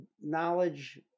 knowledge